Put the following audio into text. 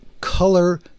color